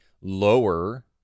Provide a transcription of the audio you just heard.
lower